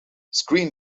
screen